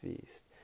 feast